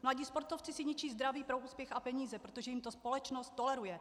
Mladí sportovci si ničí zdraví pro úspěch a peníze, protože jim to společnost toleruje.